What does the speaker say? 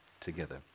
together